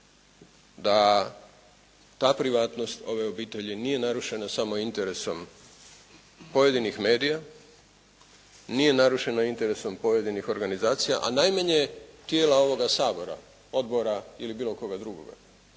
da ta privatnost ove obitelji nije narušena samo interesom pojedinih medija, nije narušeno interesom pojedinih organizacija, a najmanje tijela ovoga Sabora, odbora ili bilo koga drugoga